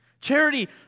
Charity